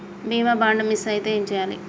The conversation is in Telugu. బీమా బాండ్ మిస్ అయితే ఏం చేయాలి?